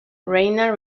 reina